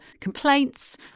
complaints